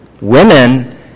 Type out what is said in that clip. Women